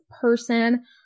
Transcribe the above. person